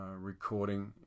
recording